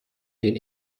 den